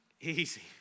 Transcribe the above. easy